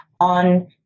on